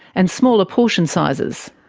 and smaller portion sizes.